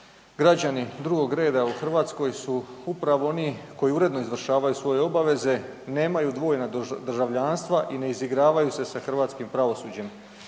građani drugog reda su upravo oni koji uredno izvršavaju svoje obaveze i nemaju dvojna državljanstva i ne izigravaju se sa hrvatskim pravosuđem.